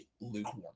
lukewarm